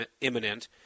imminent